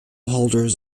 holders